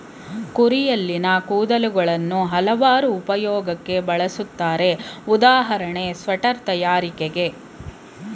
ಕುರಿಯಲ್ಲಿನ ಕೂದಲುಗಳನ್ನು ಹಲವಾರು ಉಪಯೋಗಕ್ಕೆ ಬಳುಸ್ತರೆ ಉದಾಹರಣೆ ಸ್ವೆಟರ್ ತಯಾರಿಕೆ